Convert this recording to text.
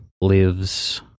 lives